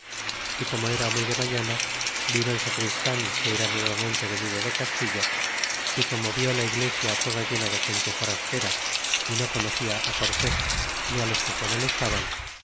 y coma era muy de mañana vino el sacristan que era nuevamente venido de castilla y como vi la igig sia toda llena de gente forastera y no conocia á cortés ni los que con él estaban